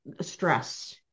Stress